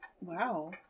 Wow